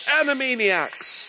Animaniacs